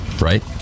right